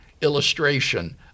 illustration